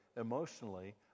emotionally